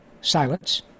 Silence